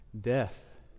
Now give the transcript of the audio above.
death